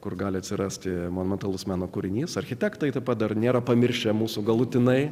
kur gali atsirasti monumentalus meno kūrinys architektai taip pat dar nėra pamiršę mūsų galutinai